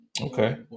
Okay